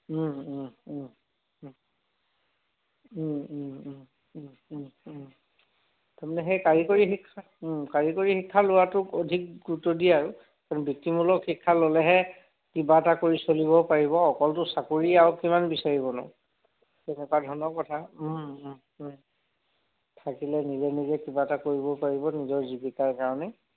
তাৰমানে সেই কাৰিকৰী শিক্ষা কাৰিকৰী শিক্ষা লোৱাটোক অধিক গুৰুত্ব দিয়ে আৰু কাৰণ বৃত্তিমূলক শিক্ষা ল'লেহে কিবা এটা কৰি চলিবও পাৰিব অকলটো চাকৰি আও কিমান বিচাৰিবনো তেনেকুৱা ধৰণৰ কথা থাকিলে নিজে নিজে কিবা এটা কৰিব পাৰিব নিজৰ জীৱিকাৰ কাৰণে